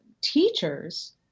teachers